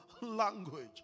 language